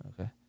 Okay